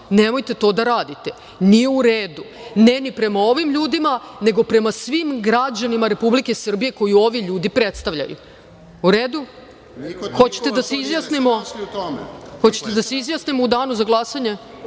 Nemojte to da radite. Nije u redu, ne ni prema ovim ljudima, nego prema svim građanima Republike Srbije koje ovi ljudi predstavljaju. Hoćete da se izjasnimo u danu za glasanje?